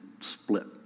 split